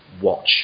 Watch